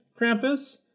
Krampus